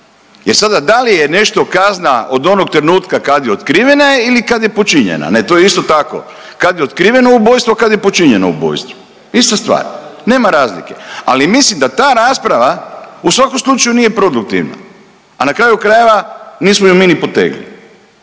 Jer sada da li je nešto kazna od onog trenutka kad je otkrivena ili kad je počinjena ne, to je isto tako, kad je otkriveno ubojstvo, kad je počinjeno ubojstvo, ista stvar, nema razlike, ali mislim da ta rasprava u svakom slučaju nije produktivna, a na kraju krajeva nismo ju mi ni potegli